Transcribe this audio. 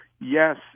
yes